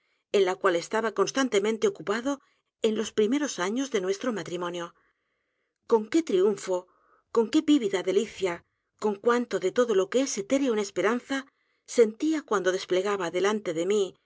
en la cual estaba constantemente ocupado en los primeros años de nuestro matrimonio c o n q u e triunfo con qué vivida delicia con cuánto de todo lo que es etéreo en esperanza sentía cuando desplegaba delante de mí